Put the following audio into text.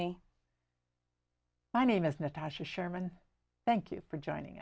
me my name is natasha sherman thank you for joining